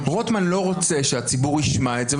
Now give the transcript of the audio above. רוטמן לא רוצה שהציבור ישמע את זה,